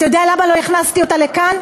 אתה יודע למה לא הכנסתי אותה לכאן,